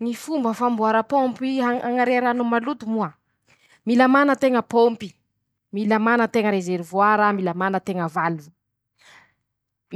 Ñy fomba famboara pômpy hañ hañaria rano maloto moa: -Mila mana teña pômpy, mila mana teña rezerivoara, mila mana valiva,